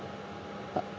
uh